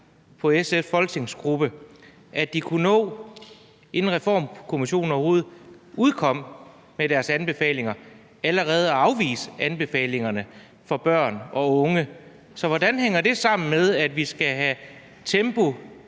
på SF's folketingsgruppe, at de, allerede inden Reformkommissionen overhovedet udkom med deres anbefalinger, kunne nå at afvise anbefalingerne for børn og unge. Så hvordan hænger det, at man faktisk allerede